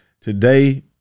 Today